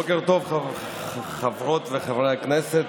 בוקר טוב, חברות וחברי הכנסת.